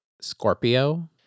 Scorpio